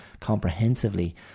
comprehensively